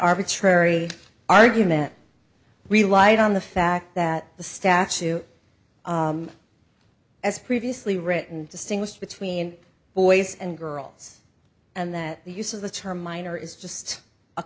arbitrary argument relied on the fact that the statute as previously written distinguished between boys and girls and that the use of the term minor is just a